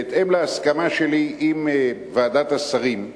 בהתאם להסכמה שלי עם ועדת השרים,